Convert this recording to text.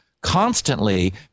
constantly